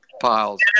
piles